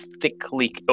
thickly